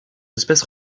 espèces